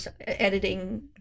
editing